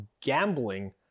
gambling